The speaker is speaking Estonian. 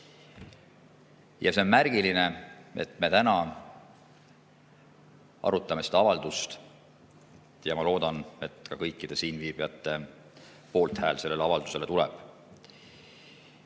Ja see on märgiline, et me täna arutame seda avaldust. Ma loodan, et ka kõikide siinviibijate poolthääl sellele avaldusele tuleb.